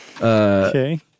Okay